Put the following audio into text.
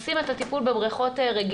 עושים את הטיפול בבריכות רגילות.